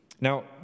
Now